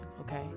okay